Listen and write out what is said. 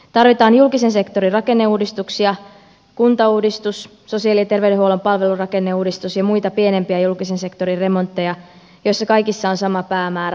tarvitaan julkisen sektorin rakenneuudistuksia kuntauudistus sosiaali ja terveydenhuollon palvelurakenneuudistus ja muita pienempiä julkisen sektorin remontteja joissa kaikissa on sama päämäärä